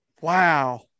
wow